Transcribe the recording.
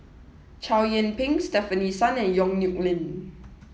Chow Yian Ping Stefanie Sun and Yong Nyuk Lin